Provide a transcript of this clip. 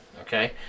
okay